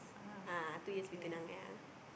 ah two years we tunang ya